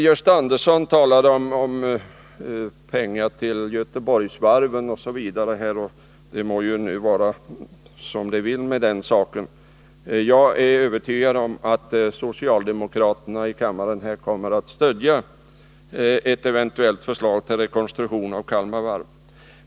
Gösta Andersson talade om pengar till Göteborgsvarven osv., och det må vara hur som helst med den saken. Jag är emellertid övertygad om att socialdemokraterna i kammaren kommer att stödja ett eventuellt förslag till rekonstruktion av Kalmar Varv.